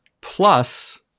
plus